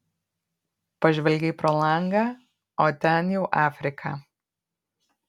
pažvelgei pro langą o ten jau afrika